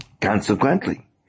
Consequently